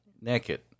naked